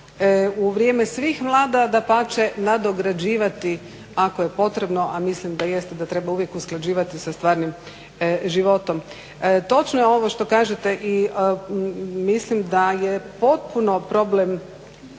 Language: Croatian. u vrijeme svih vlada, dapače nadograđivati ako je potrebno, a mislim da jest, da treba uvijek usklađivati sa stvarnim životom. Točno je ovo što kažete i mislim da je potpuno problem